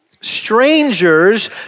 Strangers